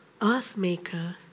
earthmaker